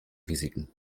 risiken